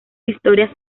historias